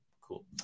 Cool